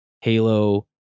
halo